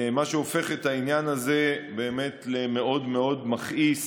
מה שהופך את העניין הזה למאוד מאוד מכעיס